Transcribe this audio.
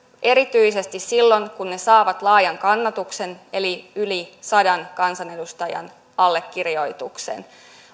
erityisesti silloin kun ne saavat laajan kannatuksen eli yli sadan kansanedustajan allekirjoituksen